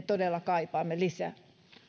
todella kaipaamme lisää